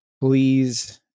please